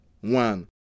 one